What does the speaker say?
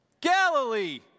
Galilee